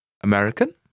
American